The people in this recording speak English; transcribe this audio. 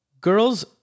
Girls